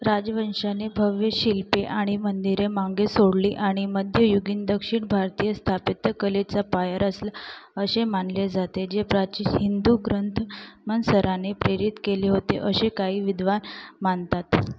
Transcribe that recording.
राजवंशाने भव्य शिल्पे आणि मंदिरे मागे सोडली आणि मध्ययुगीन दक्षिण भारतीय स्थापत्यकलेचा पाया रचला असे मानले जाते जे प्राचीन हिंदू ग्रंथ मानसराने प्रेरित केले होते असे काही विद्वान मानतात